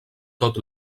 tot